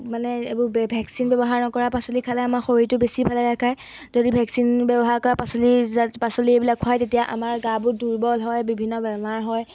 মানে এইবোৰ ভেকচিন ব্যৱহাৰ নকৰা পাচলি খালে আমাৰ শৰীৰটো বেছি ভালে ৰাখায় যদি ভেকচিন ব্যৱহাৰ কৰা পাচলি পাচলি এইবিলাক খোৱায় তেতিয়া আমাৰ গাবোৰ দুৰ্বল হয় বিভিন্ন বেমাৰ হয়